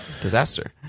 disaster